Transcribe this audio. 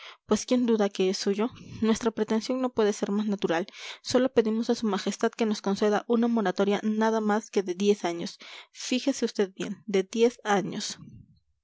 pues quién duda que es suyo nuestra pretensión no puede ser más natural sólo pedimos a su majestad que nos conceda una moratoria nada más que de diez años fíjese vd bien de diez años